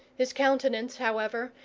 his countenance, however,